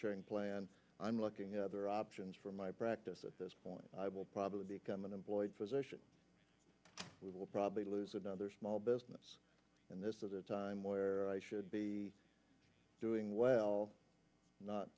sharing plan i'm looking at other options for my practice at this point i will probably become an employed physician we will probably lose another small business and this is a time where i should be doing well not